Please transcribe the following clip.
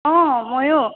অঁ ময়ো